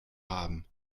haben